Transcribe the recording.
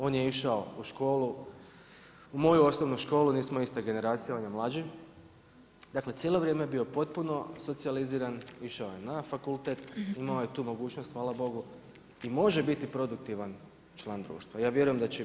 On je išao u školu, u moju osnovnu školu, nismo ista generacija, on je mlađi, dakle cijelo vrijeme je bio potpuno socijaliziran, išao je na fakultet, imao je tu mogućnost hvala bogu, i može biti produktivan član društva, ja vjerujem da će biti.